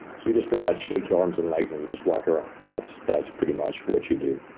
you just pretty much shake your arms and legs, and you just walk around. that's that's pretty much what you do.